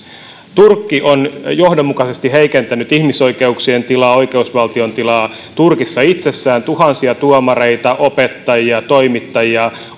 turkki on johdonmukaisesti heikentänyt ihmisoikeuksien tilaa oikeusvaltion tilaa turkissa itsessään tuhansia tuomareita opettajia ja toimittajia